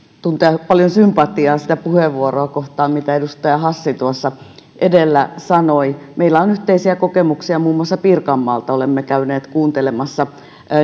tuntea paljon sympatiaa sitä kohtaan mitä edustaja hassi puheenvuorossaan tuossa edellä sanoi meillä on yhteisiä kokemuksia muun muassa pirkanmaalta olemme käyneet kuuntelemassa